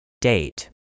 Date